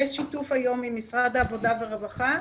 בשיתוף היום עם משרד העבודה והרווחה,